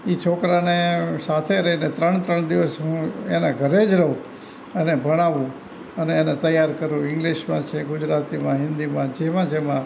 એ છોકરાને સાથે રહીને ત્રણ ત્રણ દિવસ હું એના ઘરે જ રહું અને ભણાવું અને એને તૈયાર કરું ઇંગ્લિશમાં છે ગુજરાતીમાં હિન્દીમાં જેમાં જેમાં